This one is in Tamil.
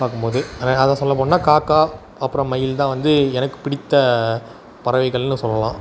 பார்க்கும்போது அதை சொல்ல போனோன்னால் காக்கா அப்புறம் மயில் தான் வந்து எனக்கு பிடித்த பறவைகள்னு சொல்லலாம்